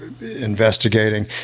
investigating